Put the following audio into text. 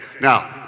Now